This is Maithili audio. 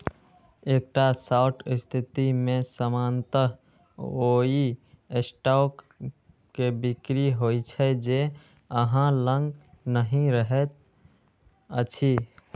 एकटा शॉर्ट स्थिति मे सामान्यतः ओइ स्टॉक के बिक्री होइ छै, जे अहां लग नहि रहैत अछि